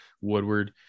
Woodward